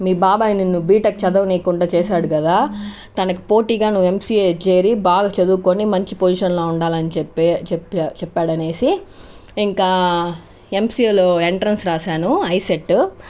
మీ బాబాయ్ నిన్ను బీటెక్ చదవనీకుండా చేశాడు కదా తనకు పోటీగా నువ్వు ఎంసీఏ చేరి బాగా చదువుకుని మంచి పొజిషన్లో ఉండాలని చెప్పి చెప్పి చెప్పాడు అని ఇంకా ఎంసీఏలో ఎంట్రెన్స్ రాశాను ఐసెట్